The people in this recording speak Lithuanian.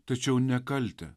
tačiau ne kaltę